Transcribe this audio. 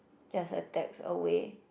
just a text away